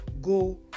go